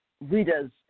readers